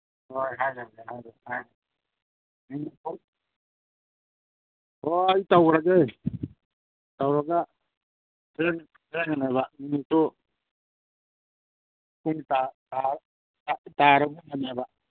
ꯍꯣꯏ ꯑꯣ ꯑꯩ ꯇꯧꯒ꯭ꯔꯒꯦ ꯇꯧꯔꯒ ꯄꯨꯡ ꯇꯥꯔꯒꯨꯝꯕꯅꯦꯕ